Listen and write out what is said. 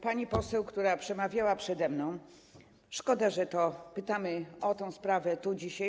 Pani poseł, która przemawiała przede mną, szkoda, że pytamy o tę sprawę dzisiaj.